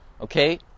Okay